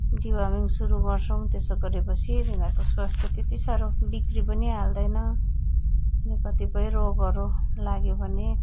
deworming सुरु गर्छौँ त्यसो गरेपछि तिनीहरूको स्वास्थ्य त्यति साह्रो बिग्रि पनि हाल्दैन अनि कतिपय रोगहरू लाग्यो भने